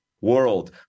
world